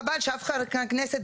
חבל שאף חבר כנסת,